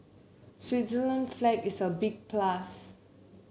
Switzerland flag is a big plus